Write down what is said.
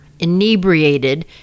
inebriated